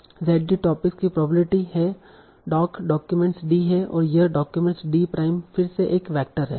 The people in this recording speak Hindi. Z d टोपिक की प्रोबेबिलिटी है doc डॉक्यूमेंट d है और यह डॉक्यूमेंट d प्राइम फिर से एक वैक्टर है